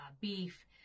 beef